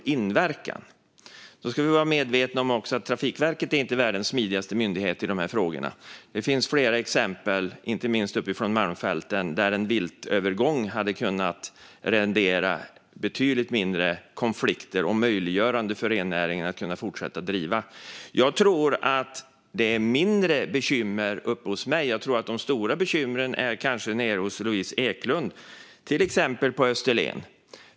Vi ska också vara medvetna om att Trafikverket inte är världens smidigaste myndighet i dessa frågor. Det finns flera exempel, inte minst uppifrån Malmfälten, där en viltövergång hade kunnat minska konflikterna betydligt och möjliggöra fortsatt rennäring. Jag tror att bekymren är mindre uppe hos mig. De stora bekymren kanske finns nere hos Louise Eklund, till exempel på Österlen.